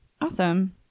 Awesome